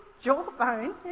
jawbone